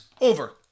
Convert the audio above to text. over